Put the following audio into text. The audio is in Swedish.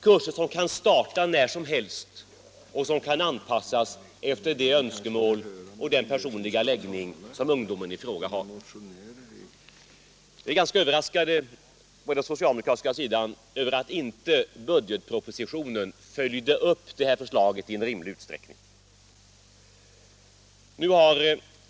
Kurserna kan starta när som helst och anpassas efter de önskemål och den personliga läggning som ungdomen i fråga har. På socialdemokratiskt håll är vi ganska överraskade över att man i budgetpropositionen inte följde upp det här förslaget i rimlig utsträckning.